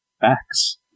Facts